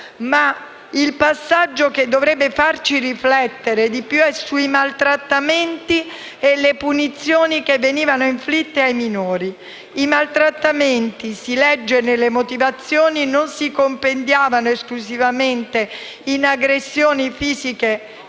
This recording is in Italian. il passaggio che dovrebbe farci riflettere di più è quello sui maltrattamenti e le punizioni che venivano inflitte ai minori. I maltrattamenti - si legge nelle motivazioni - «non si compendiavano esclusivamente in aggressioni fisiche o